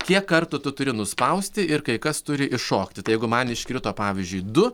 kiek kartų tu turi nuspausti ir kai kas turi iššokti tai jeigu man iškrito pavyzdžiui du